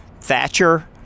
Thatcher